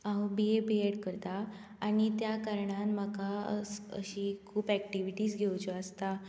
हांव B A B Ed करतां आनी त्या कारणान म्हाका अशी खूब एक्टिविटीज घेवच्यो आसता